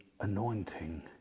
anointing